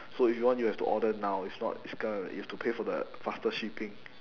so if you want you have to order now if not it's gonna you have to pay for the faster shipping